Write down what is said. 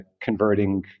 converting